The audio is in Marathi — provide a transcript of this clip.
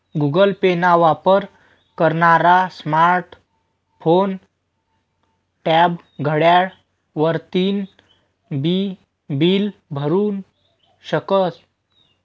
गुगल पे ना वापर करनारा स्मार्ट फोन, टॅब, घड्याळ वरतीन बी बील भरु शकस